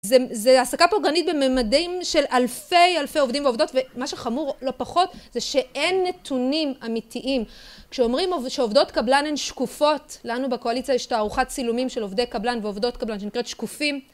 זה העסקה פוגענית בממדים של אלפי אלפי עובדים ועובדות ומה שחמור לא פחות זה שאין נתונים אמיתיים. כשאומרים שעובדות קבלן הן שקופות לנו בקואליציה יש תערוכת צילומים של עובדי קבלן ועובדות קבלן שנקראת שקופים